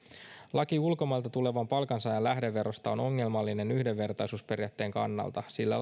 laki ulkomailta tulevan palkansaajan lähdeverosta on ongelmallinen yhdenvertaisuusperiaatteen kannalta sillä